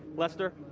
lester?